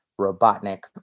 Robotnik